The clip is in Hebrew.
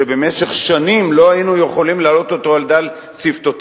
שבמשך שנים לא היינו יכולים להעלות אותו על דל שפתותינו,